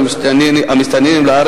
המחשנו,